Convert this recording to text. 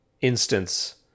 instance